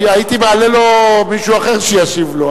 הייתי מעלה מישהו אחר שישיב לו,